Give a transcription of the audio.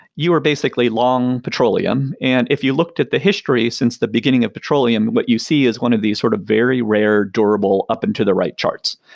you are basically long petroleum. and if you looked at the history since the beginning of petroleum, what you see is one of these sort of very rare durable up into the right charts,